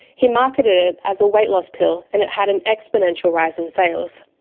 he marketed it as a weight-loss pill and it had an exponential rise in sales.